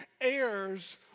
heirs